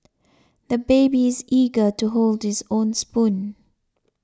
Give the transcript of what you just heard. the baby is eager to hold this own spoon